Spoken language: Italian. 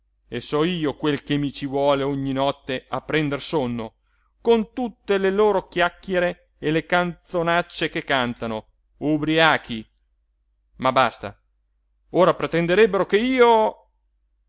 e so io quel che mi ci vuole ogni notte a prender sonno con tutte le loro chiacchiere e le canzonacce che cantano ubriachi ma basta ora pretenderebbero che io